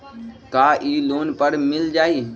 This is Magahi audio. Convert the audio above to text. का इ लोन पर मिल जाइ?